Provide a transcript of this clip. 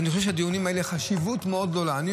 אני חושב שיש חשיבות מאוד גדולה לדיונים האלה.